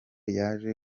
yaje